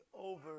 over